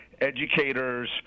educators